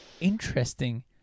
interesting